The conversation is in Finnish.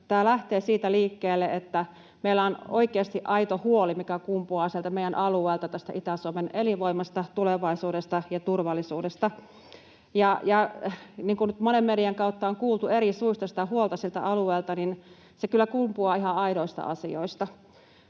tämä lähtee liikkeelle siitä, että meillä on oikeasti aito huoli, mikä kumpuaa sieltä meidän alueelta tästä Itä-Suomen elinvoimasta, tulevaisuudesta ja turvallisuudesta. Ja niin kuin nyt monen median kautta on kuultu eri suista sitä huolta siltä alueelta, niin se kyllä kumpuaa ihan aidoista asioista.